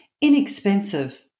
Inexpensive